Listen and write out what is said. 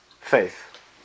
Faith